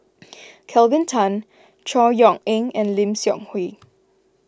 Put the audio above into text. Kelvin Tan Chor Yeok Eng and Lim Seok Hui